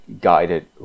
guided